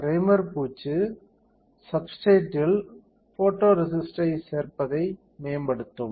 primer பூச்சு சப்ஸ்டிரேட்றில் போட்டோரேசிஸ்டைச் சேர்ப்பதை மேம்படுத்தும்